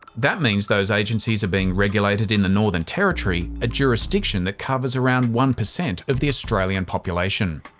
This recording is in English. that means those agencies are being regulated in the northern territory a jurisdiction that covers around one per cent of the australian population.